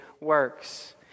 works